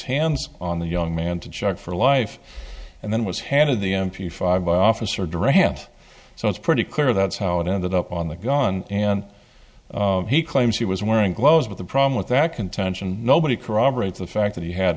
hands on the young man to check for life and then was handed the m p five by officer duran so it's pretty clear that's how it ended up on the gun and he claims he was wearing gloves but the problem with that contention nobody corroborates the fact that he had